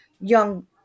young